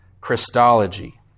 Christology